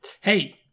Hey